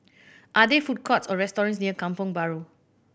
are there food courts or restaurants near Kampong Bahru